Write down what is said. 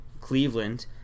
Cleveland